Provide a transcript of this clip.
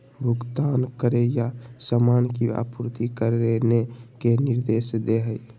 भुगतान करे या सामान की आपूर्ति करने के निर्देश दे हइ